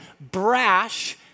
brash